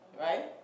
Right